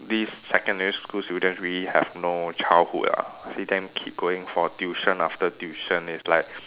these secondary school students really have no childhood ah see them keep going for tuition after tuition is like